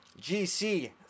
GC